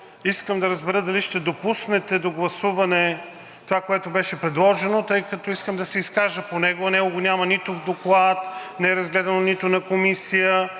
искам да разбера дали ще допуснете до гласуване това, което беше предложено, тъй като искам да се изкажа, а него го няма нито в доклад, не е разгледано нито на Комисия.